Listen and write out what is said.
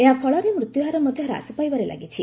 ଏହାଫଳରେ ମୃତ୍ୟୁହାର ମଧ୍ୟ ହ୍ରାସ ପାଇବାରେ ଲାଗିଛି